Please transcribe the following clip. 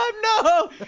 no